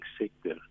sector